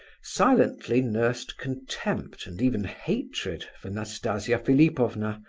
silently nursed contempt and even hatred for nastasia philipovna,